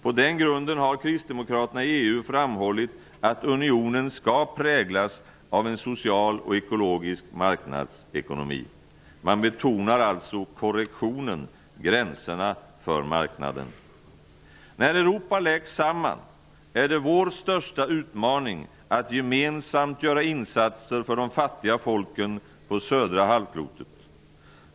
På den grunden har kristdemokraterna i EU framhållit att unionen skall präglas av en social och ekologisk marknadsekonomi. Man betonar alltså korrektionen, gränserna, för marknaden. När Europa läkt samman är det vår största utmaning att gemensamt göra insatser för de fattiga folken på södra halvklotet.